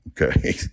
Okay